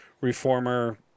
reformer